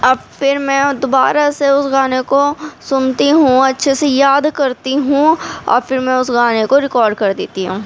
اب پھر میں دوبارہ سے اس گانے کو سنتی ہوں اچھے سے یاد کرتی ہوں اور پھر میں اس گانے کو ریکارڈ کر دیتی ہوں